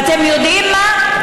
ואתם יודעים מה?